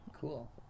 Cool